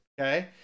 Okay